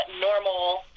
normal